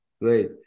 Great